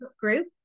group